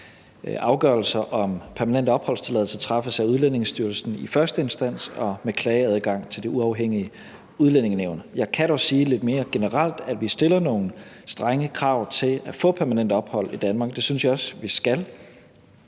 Afgørelse om permanent opholdstilladelse træffes af Udlændingestyrelsen i første instans med klageadgang til det uafhængige Udlændingenævn. Jeg kan dog sige lidt mere generelt, at vi stiller nogle strenge krav til at få permanent ophold i Danmark, og det synes jeg også at vi skal,